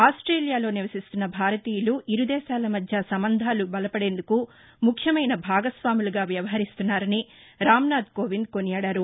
ఆర్ట్వేలియాలో నివసిస్తున్న భారతీయులు ఇరుదేశాల మధ్య సంబంధాలు బలపదేందుకు ముఖ్యమైన భాగస్వాములుగా వ్యవహరిస్తున్నారని రామ్నాథ్ కోవింద్ కొనియాడారు